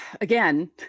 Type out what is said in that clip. Again